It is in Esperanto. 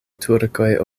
turkoj